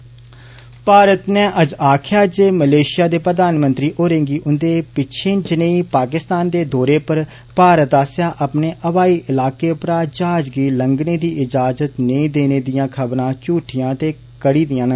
च्ंा भारत ने अज्ज आक्खेआ ऐ जे मलेषिया दे प्रधानमंत्री होरें गी उन्दे पिच्छें जनेई पाकिस्तान दे दौरे पर भारत आस्सेआ अपने हवाई इलाके उप्परा जहाज गी लंघने दी इजाजत नेई देने दियां खबरां झूठियां ते घड़ी दियां न